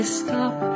stop